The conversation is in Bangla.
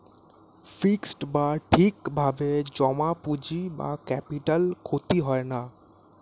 ফিক্সড বা ঠিক ভাবে জমা পুঁজি বা ক্যাপিটাল ক্ষতি হয় না